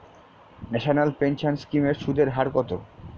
National pension scheme এর সুদের হার কত?